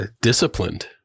disciplined